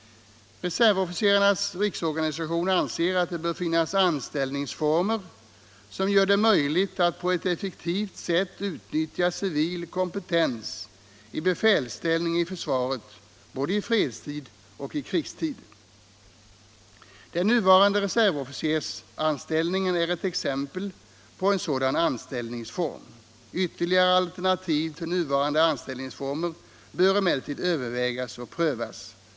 Reservofficerarnas centralorganisation anser att det bör finnas anställningsformer som gör det möjligt att på ett effektivt sätt utnyttja civil kompetens i befälsställning i försvaret, både i fredstid och i krigstid. Den nuvarande reservofficersanställningen är ett exempel på en sådan anställningsform. Ytterligare alternativ till nuvarande anställningsformer bör emellertid övervägas och prövas.